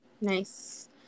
Nice